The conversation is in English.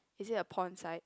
is it a porn site